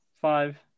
five